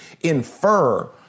infer